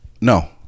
No